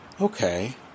okay